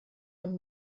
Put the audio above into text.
und